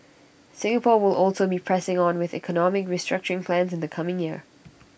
Singapore will also be pressing on with economic restructuring plans in the coming year